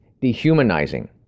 dehumanizing